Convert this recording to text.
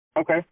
Okay